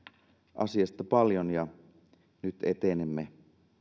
asiasta paljon ja nyt etenemme